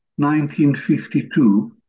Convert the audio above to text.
1952